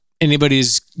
anybody's